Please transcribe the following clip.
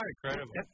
Incredible